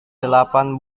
delapan